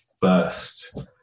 first